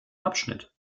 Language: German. abschnitt